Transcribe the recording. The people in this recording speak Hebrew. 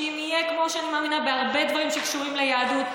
כמו שאני מאמינה בהרבה דברים שקשורים ביהדות,